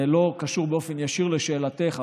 זה לא קשור באופן ישיר לשאלתך,